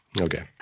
Okay